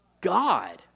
God